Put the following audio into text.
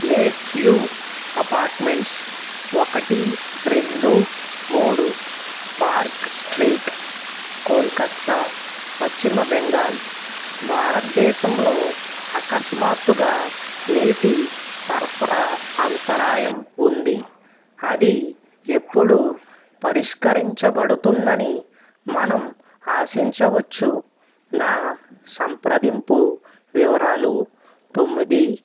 lakeview apartments ఒకటి రెండు మూడు పార్క్ స్ట్రీట్ కోల్కత్తా పశ్చిమ బెంగాల్ భారతదేశంలో అకస్మాత్తుగా నీటి సరఫరా అంతరాయం ఉంది అది ఎప్పుడు పరిష్కరించబడుతుందని మనం ఆశించవచ్చు నా సంప్రదింపు వివరాలు తొమ్మిది